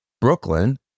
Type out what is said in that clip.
Brooklyn